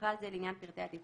ובכלל זה לעניין פרטי הדיווח,